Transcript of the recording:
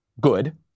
good